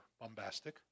bombastic